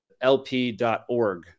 LP.org